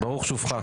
ברוך שובך.